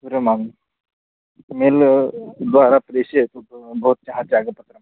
विरमामि मेल्द्वारा प्रेषयतु बव् भवत्याः त्यागपत्रं